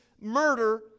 murder